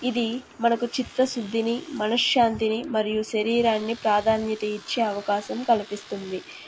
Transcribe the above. ఇది మనకు చిత్త శుద్ధిని మనశ్శాంతిని మరియు శరీరానికి ప్రాధాన్యత ఇచ్చే అవకాశం కల్పిస్తుంది